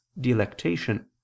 delectation